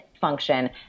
function